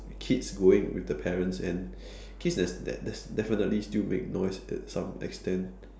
kids going with the parents and kids there's that that's definitely still make noise at some extent